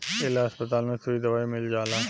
ए ला अस्पताल में सुई दवाई मील जाला